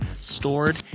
stored